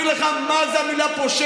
אני צריך לבוא ולהסביר לך מה זה המילה פושע?